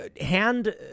hand